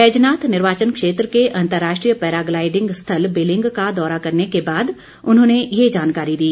बैजनाथ निर्वाचन क्षेत्र के अंतर्राष्ट्रीय पैराग्लाईडिंग स्थल बिलिंग का दौरा करने के बाद उन्होंने ये जानकारी दी